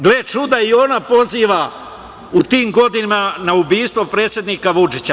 Gle čuda i ona poziva u tim godinama na ubistvo predsednika Vučića.